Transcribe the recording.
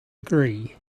agree